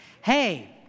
Hey